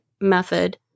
method